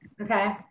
Okay